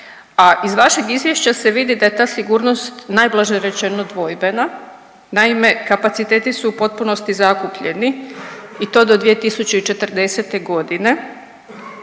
a iz vašeg izvješća se vidi da je ta sigurnost najblaže rečeno dvojbena. Naime, kapaciteti su u potpunosti zakupljeni i to do 2040.g., pet